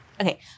Okay